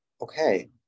Okay